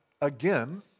again